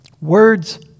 Words